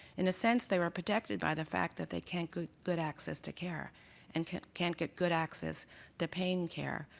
in a sense they were protected by the fact that they can't get good access to care and can't can't get good access to pain care,